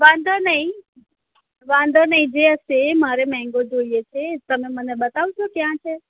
વાંધો નઈ વાંધો નઈ જે હશે એ મારે મેંગો જોઈએ છે તમે મને બતાવશો ક્યાં છે